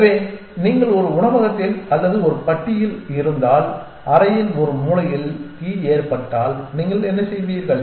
எனவே நீங்கள் ஒரு உணவகத்தில் அல்லது ஒரு பட்டியில் இருந்தால் அறையின் ஒரு மூலையில் தீ ஏற்பட்டால் நீங்கள் என்ன செய்வீர்கள்